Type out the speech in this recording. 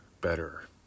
better